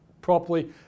properly